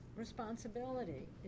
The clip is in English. Responsibility